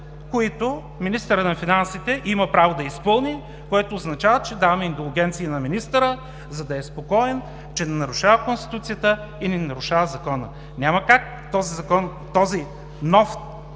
които министърът на финансите има право да изпълни, което означава, че даваме индулгенции на министъра, за да е спокоен, че не нарушава Конституцията и не нарушава закона. Няма как този нов текст